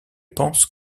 pensent